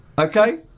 Okay